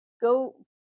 go